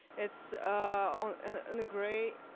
it's on on a gray,